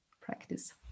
practice